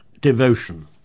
devotion